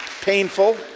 painful